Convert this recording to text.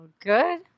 Good